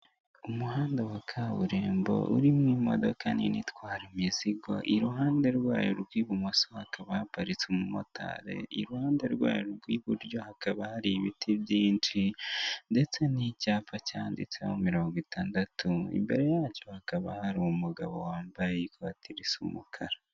Umuhanda wa kaburimbo urimo iimodoka nini itwara imizigo iruhande rwayo rw'ibumoso hakaba haparitse umumotari, iruhande rw'iburyo hakaba hari ibiti byinshi, ndetse n'icyapa cyanditseho mirongo itandatu imbere yacyo hakaba hari umugabo wambaye ikote risa umukara.